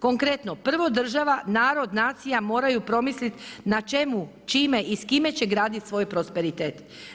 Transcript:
Konkretno, prvo država, narod, nacija moraju promisliti na čemu, čime i s kime će graditi svoje prosperitet.